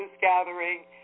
gathering